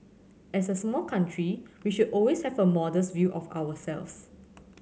as a small country we should always have a modest view of ourselves